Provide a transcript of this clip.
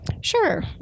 Sure